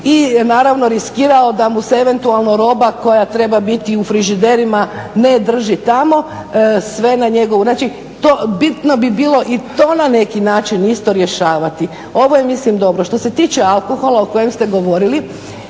i naravno riskirao da mu se eventualno roba koja treba biti u frižiderima ne drži tamo sve na njegovu. Znači, bitno bi bilo i to na neki način isto rješavati. Ovo je mislim dobro. Što se tiče alkohola o kojem ste govorili,